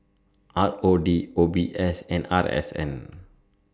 R O D O B S and R S N